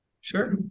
Sure